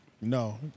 No